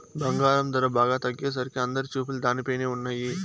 బంగారం ధర బాగా తగ్గేసరికి అందరి చూపులు దానిపైనే ఉన్నయ్యి